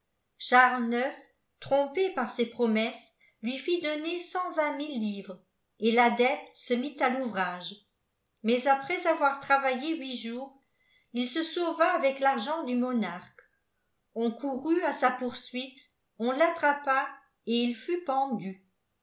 charles ix trompé par ses promesses lui fit donner cent vingt mille livres et l'adepte se mit à l'ouvrage mais après avoir travaillé huit jours il se sauva avec l'argent du monarque ohiw uriit à sa poursuite on l'attrapa et il fut pendu